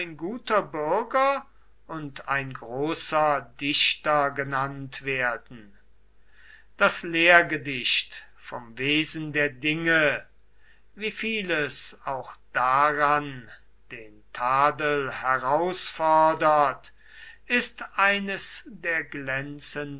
guter bürger und ein großer dichter genannt werden das lehrgedicht vom wesen der dinge wie vieles auch daran den tadel herausfordert ist eines der